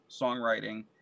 songwriting